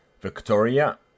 Victoria